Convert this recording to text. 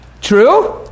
True